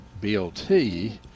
BLT